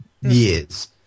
years